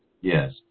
Yes